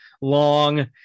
long